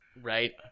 Right